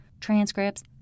transcripts